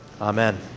amen